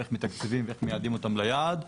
איך מתקצבים ומיעדים אותם ליעד.